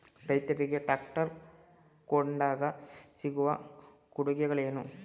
ರೈತರಿಗೆ ಟ್ರಾಕ್ಟರ್ ಕೊಂಡಾಗ ಸಿಗುವ ಕೊಡುಗೆಗಳೇನು?